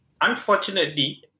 Unfortunately